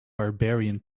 barbarian